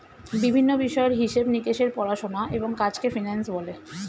বিভিন্ন বিষয়ের হিসেব নিকেশের পড়াশোনা এবং কাজকে ফিন্যান্স বলে